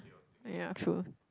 ya true